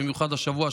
במיוחד השבוע,